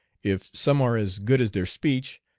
if some are as good as their speech,